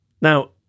Now